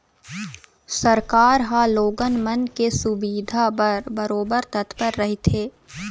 सरकार ह लोगन मन के सुबिधा बर बरोबर तत्पर रहिथे